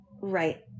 Right